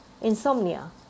insomnia